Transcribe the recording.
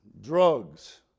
drugs